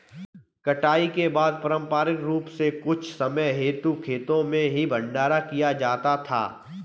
कटाई के बाद पारंपरिक रूप से कुछ समय हेतु खेतो में ही भंडारण किया जाता था